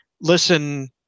listen